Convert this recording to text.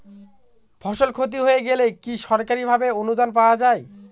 ফসল ক্ষতি হয়ে গেলে কি সরকারি ভাবে অনুদান পাওয়া য়ায়?